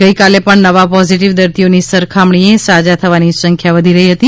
ગઇકાલે પણ નવા પોઝિટિવ દર્દીઓની સરખામણીએ સાજા થવાની સંખ્યા વધી રહી હતી